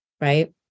right